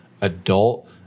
Adult